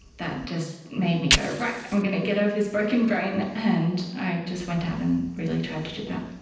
that just made me go, right, i'm going to get over this broken brain, and i just went out and really tried to do that.